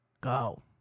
go